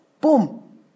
Boom